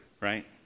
right